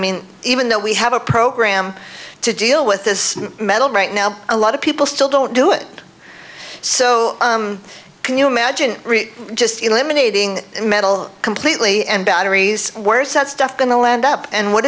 mean even though we have a program to deal with this metal right now a lot of people still don't do it so can you imagine just eliminating metal completely and batteries where's that stuff going to land up and what